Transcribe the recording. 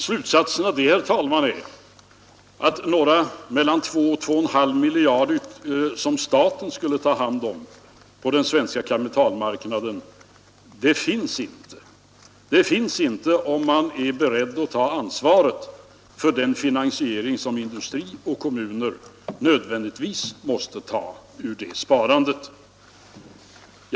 Slutsatsen av det, herr talman, är att några 2—2,5 miljarder extra, som staten skulle ta hand om på den svenska kapitalmarknaden, finns inte om man är beredd att ta ansvaret för den finansiering som industri och kommuner nödvändigtvis måste ta ur det sparandet.